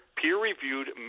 peer-reviewed